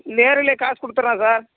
நேரிலே காஸ் கொடுத்துட்றேன் சார்